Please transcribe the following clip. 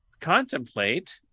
contemplate